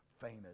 famous